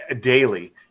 daily